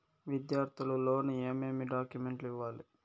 విద్యార్థులు లోను ఏమేమి డాక్యుమెంట్లు ఇవ్వాలి?